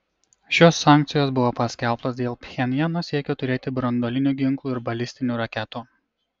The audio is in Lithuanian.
šios sankcijos buvo paskelbtos dėl pchenjano siekio turėti branduolinių ginklų ir balistinių raketų